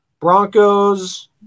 Broncos